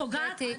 את פוגעת.